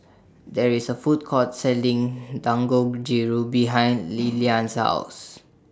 There IS A Food Court Selling Dangojiru behind Lilian's House